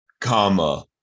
comma